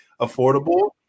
affordable